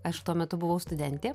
aš tuo metu buvau studentė